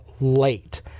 late